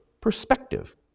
perspective